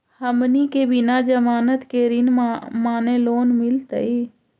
हमनी के बिना जमानत के ऋण माने लोन मिलतई?